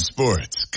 Sports